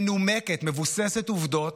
מנומקת, מבוססת עובדות,